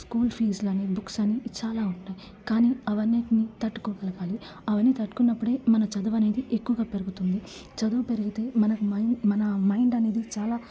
school ఫీజులని books అని చాలా ఉంటాయి కానీ అవి అన్నింటిని తట్టుకోగలగాలి అవన్నీ తట్టుకున్నప్పుడే మన చదివు అనేది ఎక్కువగా పెరుగుతుంది చదువు పెరిగితే మనకు మన మైండ్ అనేది చాలా